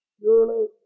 surely